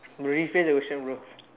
rephrase the question bro